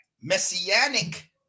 messianic